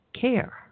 care